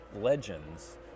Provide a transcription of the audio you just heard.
legends